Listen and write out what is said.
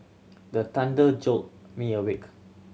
the thunder jolt me awake